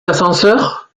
l’ascenseur